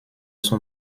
son